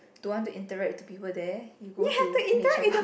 don't want to interact with the people there you go to nature park